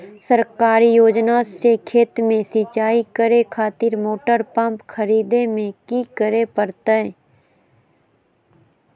सरकारी योजना से खेत में सिंचाई करे खातिर मोटर पंप खरीदे में की करे परतय?